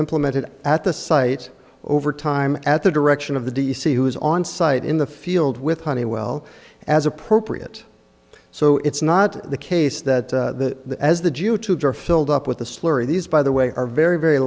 implemented at the site over time at the direction of the d c who was on site in the field with honeywell as appropriate so it's not the case that the as the jew to door filled up with the slurry these by the way are very very